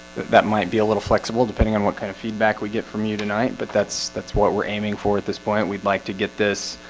that might be a little flexible depending on what kind of feedback we get from you tonight but that's that's what we're aiming for at this point. we'd like to get this